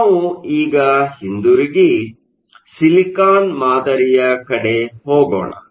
ನಾವು ಈಗ ಹಿಂದುರುಗಿ ಸಿಲಿಕಾನ್ ಮಾದರಿಯ ಕಡೆ ಹೋಗೋಣ